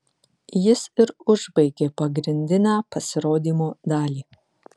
jis ir užbaigė pagrindinę pasirodymo dalį